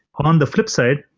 um on the flip side,